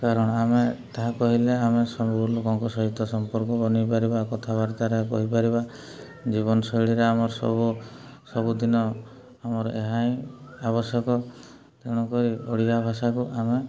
କାରଣ ଆମେ ତାହା କହିଲେ ଆମେ ସବୁ ଲୋକଙ୍କ ସହିତ ସମ୍ପର୍କ ବନେଇପାରିବା କଥାବାର୍ତ୍ତାରେ କହିପାରିବା ଜୀବନଶୈଳୀରେ ଆମର ସବୁ ସବୁଦିନ ଆମର ଏହା ହିଁ ଆବଶ୍ୟକ ତେଣୁକରି ଓଡ଼ିଆ ଭାଷାକୁ ଆମେ